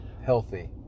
Healthy